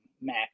Mac